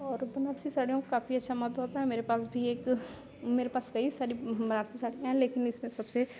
और बनारसी साड़ियों को काफी अच्छा महत्व होता है मेरे पास भी एक मेरे पास कई सारी बनारसी साड़ियाँ हैं लेकिन इसमें सबसे